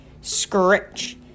scratch